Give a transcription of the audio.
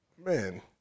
man